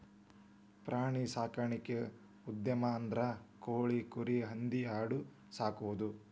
ಪ್ರಾಣಿ ಸಾಕಾಣಿಕಾ ಉದ್ಯಮ ಅಂದ್ರ ಕೋಳಿ, ಕುರಿ, ಹಂದಿ ಆಡು ಸಾಕುದು